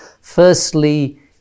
Firstly